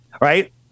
right